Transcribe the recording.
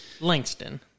Langston